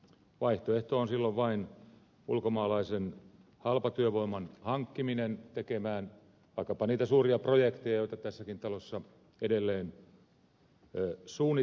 vaihtoehto on silloin vain ulkomaalaisen halpatyövoiman hankkiminen tekemään vaikkapa niitä suuria projekteja joita tässäkin talossa edelleen suunnitellaan